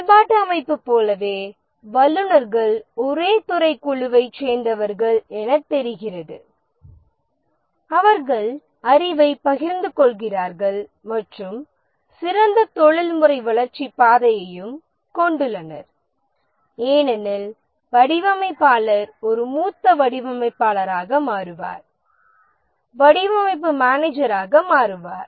செயல்பாட்டு அமைப்பு போலவே வல்லுநர்கள் ஒரே துறைக் குழுவைச் சேர்ந்தவர்கள் எனத் தெரிகிறது அவர்கள் அறிவைப் பகிர்ந்து கொள்கிறார்கள் மற்றும் சிறந்த தொழில்முறை வளர்ச்சி பாதையையும் கொண்டுள்ளனர் ஏனெனில் வடிவமைப்பாளர் ஒரு மூத்த வடிவமைப்பாளராக மாறுவார் வடிவமைப்பு மேனேஜராக மாறுவார்